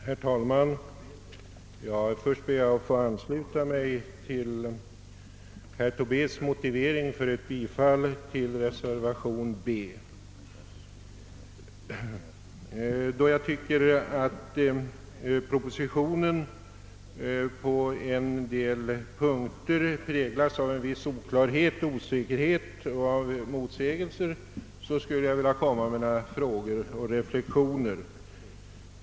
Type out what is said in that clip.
Herr talman! Först ber jag att få ansluta mig till herr Tobés motivering för ett bifall till reservation b. Då jag tycker att propositionen på en del punkter präglas av en viss oklarhet och osäkerhet och av motsägelser, skulle jag vilja komma med några frågor och reflexioner.